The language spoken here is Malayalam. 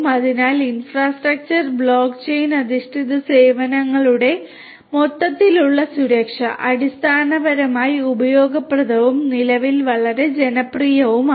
അതിനാൽ ഇൻഫ്രാസ്ട്രക്ചർ ബ്ലോക്ക് ചെയിൻ അധിഷ്ഠിത സേവനങ്ങളുടെ മൊത്തത്തിലുള്ള സുരക്ഷ അടിസ്ഥാനപരമായി ഉപയോഗപ്രദവും നിലവിൽ വളരെ ജനപ്രിയവുമാണ്